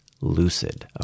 Lucid